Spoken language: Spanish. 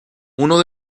uno